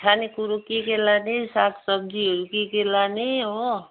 खाने कुरो के के लाने सागसब्जीहरू के के लाने हो